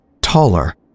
taller